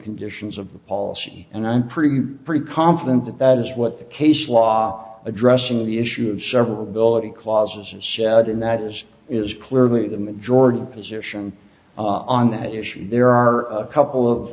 conditions of the policy and i'm pretty pretty confident that that is what the case law addressing the issue of severability clause is in that as is clearly the majority position on that issue there are a couple of